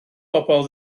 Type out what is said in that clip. bobol